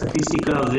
סטטיסטיקה.